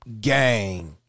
gang